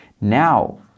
Now